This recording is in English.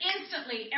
instantly